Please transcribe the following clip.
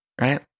right